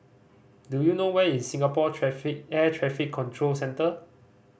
do you know where is Singapore Traffic Air Traffic Control Centre